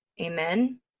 Amen